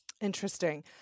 Interesting